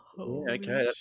okay